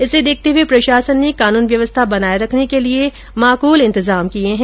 इसे देखते हुए प्रशासन ने कानून व्यवस्था बनाये रखने के लिये माकुल इंतजाम किये है